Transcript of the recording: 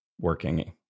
working